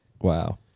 Wow